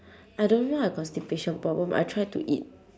I don't know I constipation problem I try to eat